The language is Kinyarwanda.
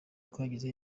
twagize